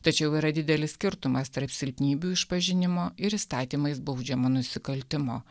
tačiau yra didelis skirtumas tarp silpnybių išpažinimo ir įstatymais baudžiamo nusikaltimo